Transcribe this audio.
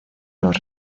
los